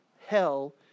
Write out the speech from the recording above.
hell